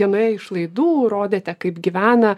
vienoje iš laidų rodėte kaip gyvena